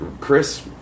Chris